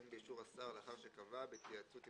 אחרי סעיף 30 יבוא: